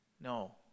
no